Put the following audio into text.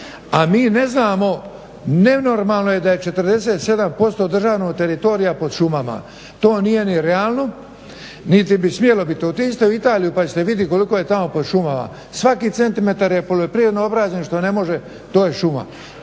a mi ne znamo nenormalno je da je 47% državnog teritorija pod šumama. To nije ni realno, niti bi smjelo biti. Otiđite u Italiju pa ćete vidjeti koliko je tamo pod šumama. Svaki centimetar je poljoprivredno obrađen, a što ne može to je šuma.